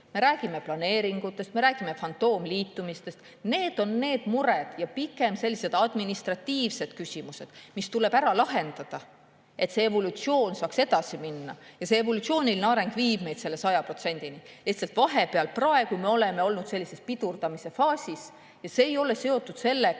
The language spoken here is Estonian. Me räägime planeeringutest, me räägime fantoomliitumistest. Need on need mured ja pigem sellised administratiivsed küsimused, mis tuleb ära lahendada, et see evolutsioon saaks edasi minna. See evolutsiooniline areng viib meid selle 100%‑ni. Lihtsalt vahepeal, praegu, me oleme olnud sellises pidurdamise faasis. See ei ole seotud sellega,